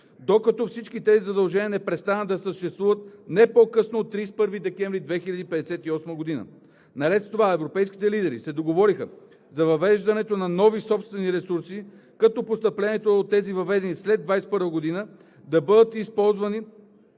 докато всички тези задължения не престанат да съществуват и не по-късно от 31 декември 2058 г. Наред с това, европейските лидери се договориха за въвеждането на нови собствени ресурси, като постъпленията от тези, въведени след 2021 г., да бъдат използвани